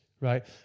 right